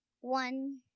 one